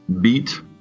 Beat